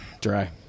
Dry